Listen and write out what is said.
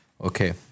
Okay